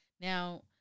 Now